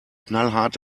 knallhart